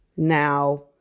Now